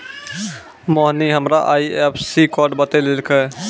मोहिनी हमरा IFSC code बतैलकै